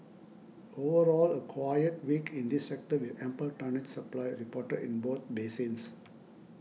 overall a quiet week in this sector with ample tonnage supply reported in both basins